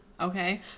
Okay